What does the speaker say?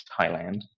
Thailand